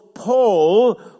Paul